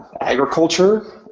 agriculture